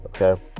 Okay